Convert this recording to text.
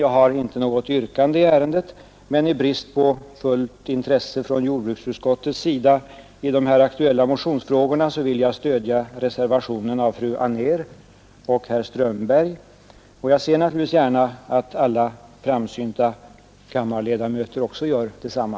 Jag har inget yrkande i ärendet, men i brist på fullt intresse från jordbruksutskottets sida i de här aktuella motionsfrågorna vill jag stödja reservationen av fru Anér och herr Strömberg, och jag ser naturligtvis gärna att alla framsynta kammarledamöter gör detsamma.